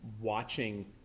watching